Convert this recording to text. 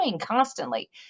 constantly